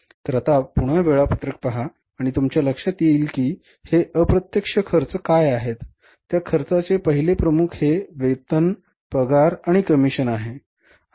तर आता पुन्हा वेळापत्रक पहा आणि तुमच्या लक्षात येईल की हे अप्रत्यक्ष खर्च काय आहेत त्या खर्चाचे पहिले प्रमुख हे वेतन पगार आणि कमिशन आहे